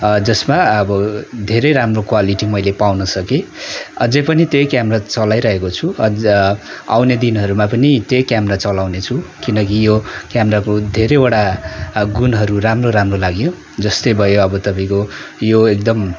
जसमा अब धेरै राम्रो क्वालिटी मैले पाउन सकेँ अझै पनि त्यही क्यामरा चलाइरहेको छु अझ आउने दिनहरूमा पनि त्यही क्यामरा चलाउने छु किनकि यो क्यामराको धेरैवटा गुणहरू राम्रो राम्रो लाग्यो जस्तै भयो तपाईँको यो एकदम